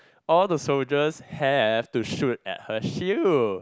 all the soldiers have to shoot at her shield